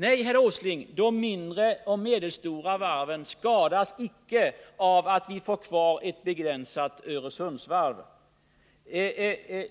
Nej, herr Åsling, de mindre och medelstora varven skadas icke av att vi behåller ett begränsat Öresundsvarv.